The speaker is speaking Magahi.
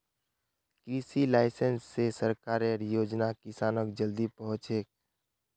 कृषि लाइसेंस स सरकारेर योजना किसानक जल्दी पहुंचछेक